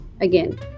Again